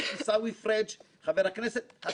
אתם ראויים לכל שבח.